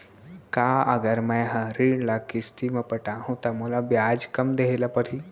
का अगर मैं हा ऋण ल किस्ती म पटाहूँ त मोला ब्याज कम देहे ल परही?